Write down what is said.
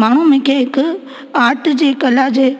माण्हू मूंखे हिकु आर्ट जी कला जे